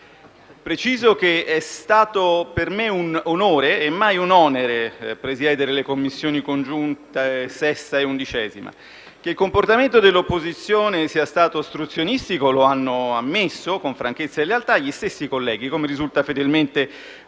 Preciso che è stato per me un onore e mai un onere presiedere le Commissioni congiunte 6a e 11a. Che il comportamento dell'opposizione sia stato ostruzionistico lo hanno ammesso, con franchezza e lealtà, gli stessi colleghi, come risulta fedelmente